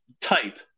type